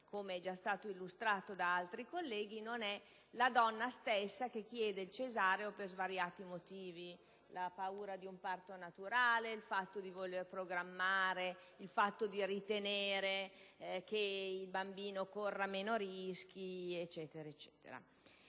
come è stato già illustrato da altri colleghi, non è la donna stessa che chiede il cesareo per svariati motivi: la paura di un parto naturale, il fatto di voler programmare la nascita o di ritenere che il bambino corra meno rischi. In realtà, credo